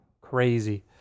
crazy